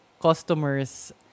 customers